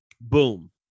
Boom